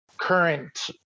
current